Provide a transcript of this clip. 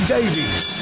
Davies